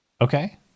okay